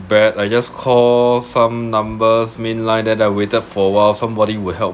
bad I just call some numbers main line that I waited for awhile somebody will help